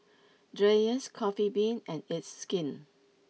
Dreyers Coffee Bean and it's skin